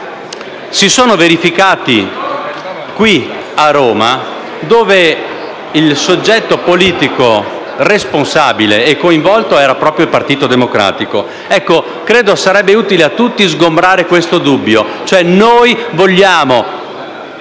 si sono verificati qui a Roma, dove il soggetto politico responsabile e coinvolto era proprio il Partito Democratico. Credo sarebbe utile per tutti sgombrare questo dubbio.